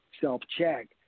self-check